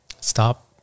Stop